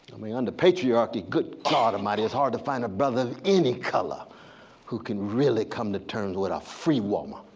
i mean under patriarchy good god almighty it's hard to find a brother of any color who can really come to terms with a free woman.